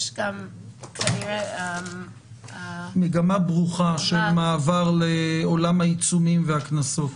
יש גם --- מגמה ברוכה של מעבר של עולם העיצומים והקנסות.